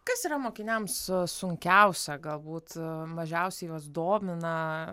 kas yra mokiniams sunkiausia galbūt mažiausiai juos domina